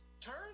turn